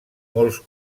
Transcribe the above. molts